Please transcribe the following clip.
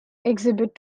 exhibit